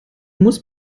musst